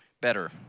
better